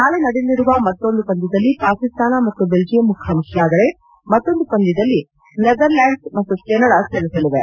ನಾಳೆ ನಡೆಯಲಿರುವ ಪಂದ್ದದಲ್ಲಿ ಪಾಕಿಸ್ತಾನ ಮತ್ತು ಬೆಲ್ಲಿಯಂ ಮುಖಾಮುಖಿಯಾದರೆ ಮತ್ತೊಂದು ಪಂದ್ದದಲ್ಲಿ ನೆದರ್ಲ್ಲಾಂಡ್ಸ್ ಮತ್ತು ಕೆನಡಾ ಸೆಣಸಲಿವೆ